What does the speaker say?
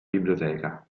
biblioteca